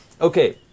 Okay